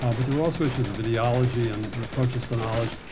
ah but there were also issues of ideology and and approaches to knowledge.